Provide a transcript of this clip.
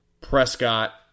Prescott